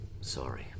Sorry